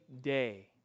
day